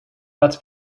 that’s